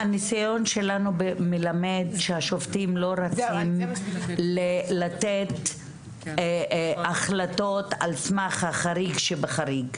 הניסיון שלנו מלמד שהשופטים לא רצים לתת החלטות על סמך החריג שבחריג,